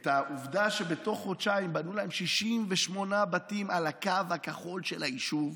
את העובדה שבתוך חודשיים בנו להם 68 בתים על הקו הכחול של היישוב,